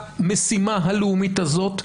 במשימה הלאומית הזאת,